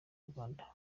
rwanda